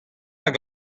hag